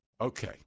Okay